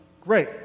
Great